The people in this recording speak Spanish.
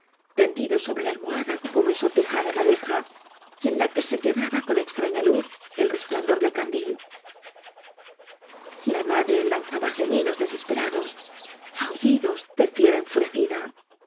tendidos sobre la almo hada como ensortijada madeja en la que se quebraba con extraña luz el resplandor del candil la madre lanzaba gemidos desesperados aullidos